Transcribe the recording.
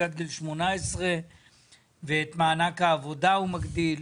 עד גיל 18 ואת מענק העבודה הוא מגדיל.